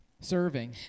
Serving